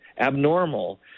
abnormal